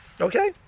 Okay